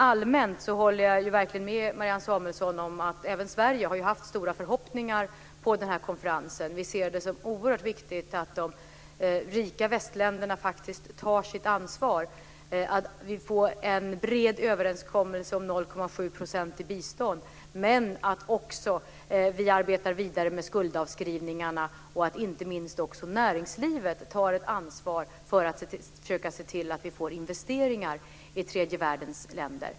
Allmänt håller jag verkligen med Marianne Samuelsson om att även Sverige haft stora förhoppningar på konferensen. Vi ser det som oerhört viktigt att de rika västländerna faktiskt tar sitt ansvar, att vi får en bred överenskommelse om 0,7 % i bistånd men också att vi arbetar vidare med skuldavskrivningarna och att inte minst näringslivet tar ett ansvar för att försöka se till att vi får investeringar i tredje världens länder.